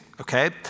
okay